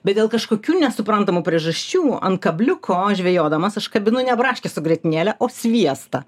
bet dėl kažkokių nesuprantamų priežasčių ant kabliuko žvejodamas aš kabinu ne braškės su grietinėle o sviestą